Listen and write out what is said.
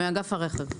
מאגף הרכב.